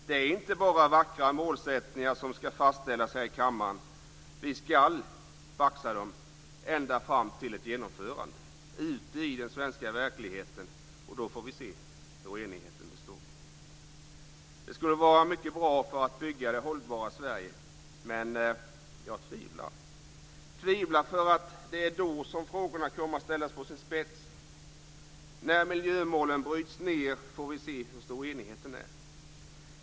Det är inte bara vackra målsättningar som ska fastställas här i kammaren. Vi ska baxa dem ända fram till ett genomförande ute i den svenska verkligheten. Då får vi se om enigheten består. Det skulle vara mycket bra för att bygga det hållbara Sverige, men jag tvivlar på att den består. Jag tvivlar eftersom det är då som frågorna kommer att ställas på sin spets. Vi får se hur stor enigheten är när miljömålen bryts ned.